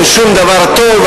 אין שום דבר טוב,